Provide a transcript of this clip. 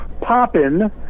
poppin